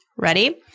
Ready